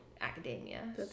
academia